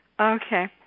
Okay